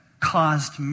Caused